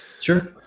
Sure